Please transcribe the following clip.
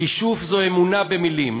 כישוף, זאת אמונה במילים.